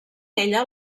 ella